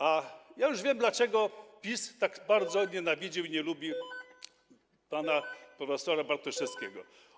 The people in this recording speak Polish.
A ja już wiem, dlaczego PiS tak bardzo nienawidził i nie lubił pana prof. Bartoszewskiego.